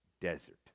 desert